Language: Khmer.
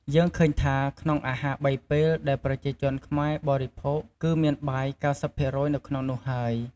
យើងឃើញថា ក្នុងអាហារបីពេលដែលប្រជាជនខ្មែរបរិភោគគឺមានបាយ៩០%នៅក្នុងនោះហើយ។